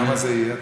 כמה זה יהיה?